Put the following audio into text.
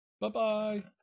Bye-bye